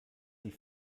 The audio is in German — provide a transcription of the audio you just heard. die